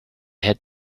had